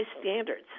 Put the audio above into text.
standards